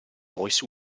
lois